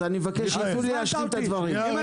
אני מבקש שיתנו לי להשלים את הדברים.